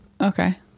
okay